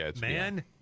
man